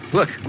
Look